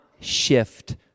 shift